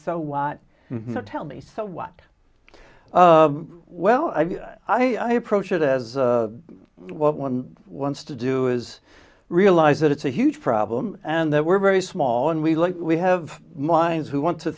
so why not tell me so what well i approach it as what one wants to do is realize that it's a huge problem and that we're very small and we like we have minds who want to